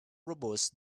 robust